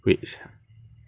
wage ah